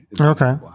Okay